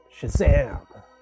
Shazam